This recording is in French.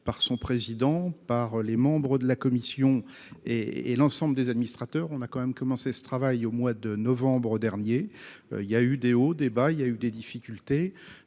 par son président, par les membres de la commission et et l'ensemble des administrateurs, on a quand même commencé ce travail au mois de novembre dernier. Il y a eu des hauts, des bas, il y a eu des difficultés